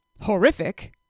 horrific